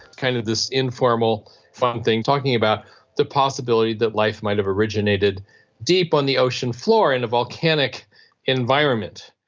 kind of this informal fun thing, talking about the possibility that life might have originated deep on the ocean floor in a volcanic environment.